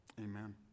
amen